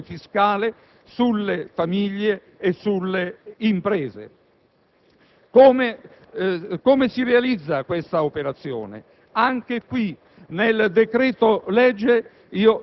per diminuire la pressione fiscale sulle famiglie e sulle imprese. Come si realizza tale operazione? Anche a